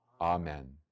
Amen